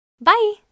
Bye